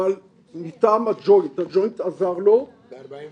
אבל הג'וינט עזר לו --- בשנת